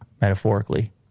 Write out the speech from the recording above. metaphorically